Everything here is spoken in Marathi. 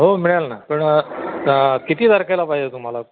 हो मिळेल ना पण किती तारखेला पाहिजे तुम्हाला